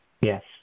yes